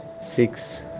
six